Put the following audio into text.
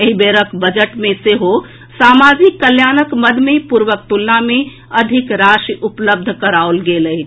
एहि बेरक बजट मे सेहो सामाजिक कल्याणक मद मे पूर्वक तुलना मे अधिक राशि उपलब्ध कराओल गेल अछि